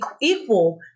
equal